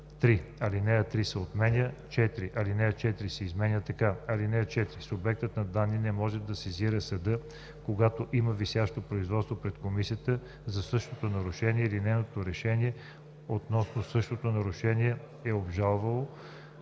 3. Алинея 3 се отменя. 4. Алинея 4 се изменя така: „(4) Субектът на данни не може да сезира съда, когато има висящо производство пред комисията за същото нарушение или нейно решение относно същото нарушение е обжалвано